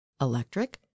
Electric